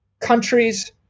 Countries